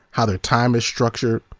how their time is structured.